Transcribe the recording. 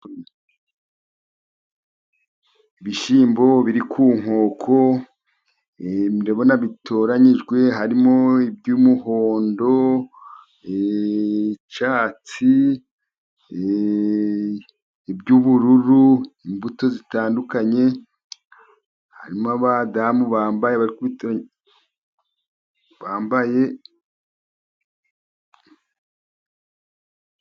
Ibishyimbo biri ku nkoko, ndabona bitoranyijwe. Harimo iby'umuhondo, icyatsi, iby'ubururu. Imbuto zitandukanye. Harimo abadamu bambaye, bari kubitoranya bambaye.